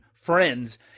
Friends